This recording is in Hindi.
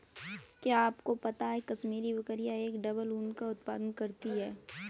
क्या आपको पता है कश्मीरी बकरियां एक डबल ऊन का उत्पादन करती हैं?